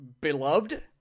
beloved